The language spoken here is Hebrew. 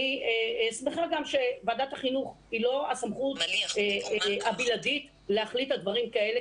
אני שמחה גם שוועדת החינוך היא לא הסמכות הבלעדית להחליט על דברים כאלה,